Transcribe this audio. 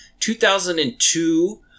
2002